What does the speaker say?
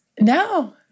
no